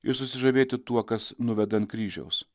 ir susižavėti tuo kas nuveda ant kryžiaus